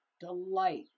delight